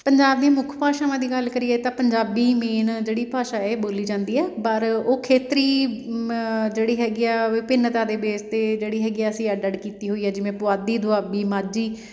ਪੰਜਾਬ ਦੀ ਮੁੱਖ ਭਾਸ਼ਾਵਾਂ ਦੀ ਗੱਲ ਕਰੀਏ ਤਾਂ ਪੰਜਾਬੀ ਮੇਨ ਜਿਹੜੀ ਭਾਸ਼ਾ ਇਹ ਬੋਲੀ ਜਾਂਦੀ ਆਂ ਪਰ ਉਹ ਖੇਤਰੀ ਜਿਹੜੀ ਹੈਗੀ ਆ ਵਿਭਿੰਨਤਾ ਦੇ ਬੇਸ 'ਤੇ ਜਿਹੜੀ ਹੈਗੀ ਅਸੀਂ ਅੱਡ ਅੱਡ ਕੀਤੀ ਹੋਈ ਆ ਜਿਵੇਂ ਪੁਆਧੀ ਦੁਆਬੀ ਮਾਝੀ